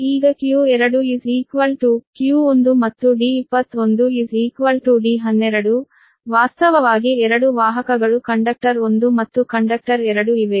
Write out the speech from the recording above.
ಈಗ q2 q1 ಮತ್ತು D21 D12 ವಾಸ್ತವವಾಗಿ 2 ವಾಹಕಗಳು ಕಂಡಕ್ಟರ್ 1 ಮತ್ತು ಕಂಡಕ್ಟರ್ 2 ಇವೆ